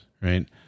right